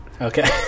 Okay